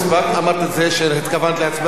אמרת את זה שהתכוונת להצבעה בעד,